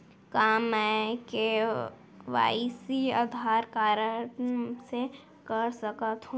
का मैं KYC Aadhaar card से कर सकत हो?